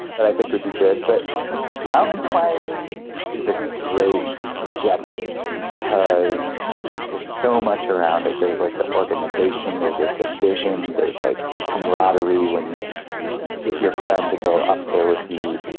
that i think would be good. but mountain climbing is a great objective because there's so much around it. there's like the organization, there's like the vision, there's like the comradery when you get your friend to go up there with you.